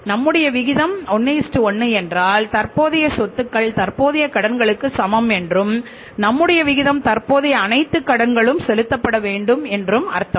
நம்முடைய விகிதம் 1 1 என்றால் தற்போதைய சொத்துக்கள் தற்போதைய கடன்களுக்கு சமம் என்றும் நம்முடைய விகிதம் தற்போதைய அனைத்து கடன்களும் செலுத்தப்பட வேண்டும் என்று அர்த்தம்